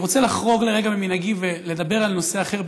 אני רוצה לחרוג לרגע ממנהגי ולדבר על נושא אחר,